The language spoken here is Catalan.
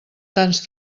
tants